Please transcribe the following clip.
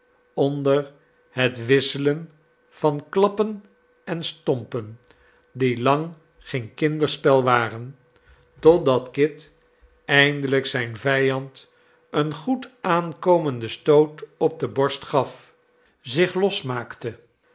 onder hetwisselen van klappen en stompen die lang geen kinderspel waren totdat kit eindelijk zijn vijand een goed aankomenden stoot op de borst gaf zich losmaakte